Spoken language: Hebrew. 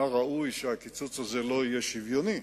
היה ראוי שהקיצוץ הזה לא יהיה שוויוני.